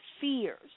fears